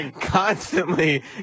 constantly